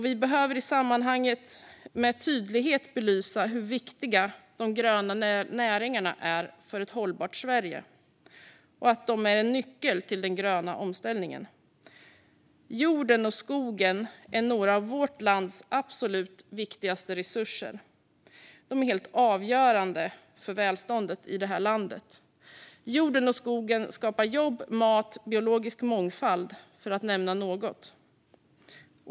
Vi behöver i sammanhanget med tydlighet belysa hur viktiga de gröna näringarna är för ett hållbart Sverige och att de är en nyckel till den gröna omställningen. Jorden och skogen är några av vårt lands absolut viktigaste resurser och helt avgörande för välståndet i det här landet. Jorden och skogen skapar jobb, mat och biologisk mångfald, för att nämna något.